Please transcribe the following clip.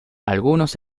algunos